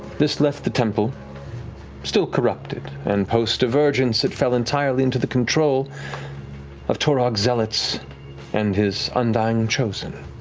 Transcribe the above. this left the temple still corrupted and post-divergence, it fell entirely into the control of torog zealots and his undying chosen,